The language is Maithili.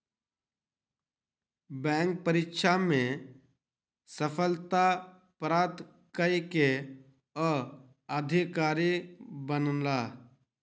बैंक परीक्षा में सफलता प्राप्त कय के ओ अधिकारी बनला